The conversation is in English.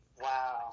wow